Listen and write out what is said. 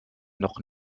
noch